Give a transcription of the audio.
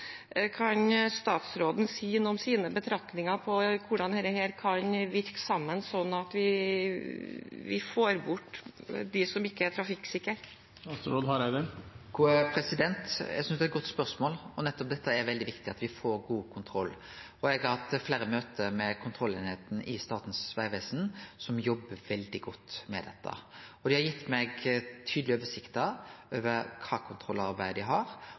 Kan statsråden si noe om sine betraktninger på hvordan dette kan virke sammen, sånn at vi får bort dem som ikke er trafikksikre? Eg synest det er eit godt spørsmål, og nettopp dette er det veldig viktig at me får god kontroll på. Eg har hatt fleire møte med kontrolleininga i Statens vegvesen, som jobbar veldig godt med dette. Dei har gitt meg tydelege oversikter over kva kontrollarbeid dei har.